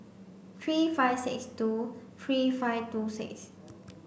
three five six two three five two six